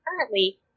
currently